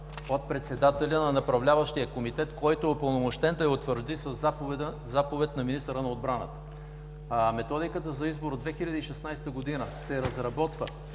от председателя на Направляващия комитет, който е упълномощен да я утвърди със заповед на министъра на отбраната. Методиката за избор от 2016 г. се разработва